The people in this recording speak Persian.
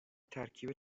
ترکیب